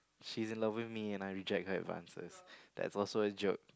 she's in love with me and I reject her advances that's also a joke